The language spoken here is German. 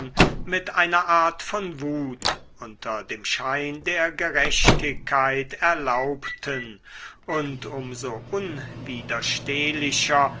mit einer art von wut unter dem schein der gerechtigkeit erlaubten und um so unwiderstehlicher